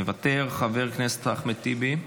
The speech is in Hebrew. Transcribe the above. מוותר, חבר הכנסת אחמד טיבי,